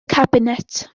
cabinet